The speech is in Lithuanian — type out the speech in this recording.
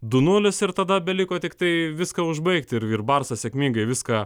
du nulis ir tada beliko tiktai viską užbaigti ir barsas sėkmingai viską